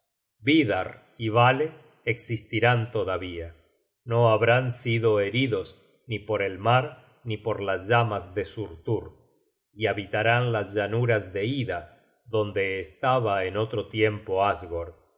vidarr y vale existirán todavía no habrán sido heridos ni por el mar ni por las llamas de surtur y habitarán la llanura de ida donde estaba en otro tiempo asgord